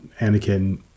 Anakin